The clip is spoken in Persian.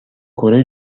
کره